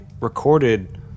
recorded